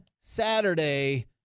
Saturday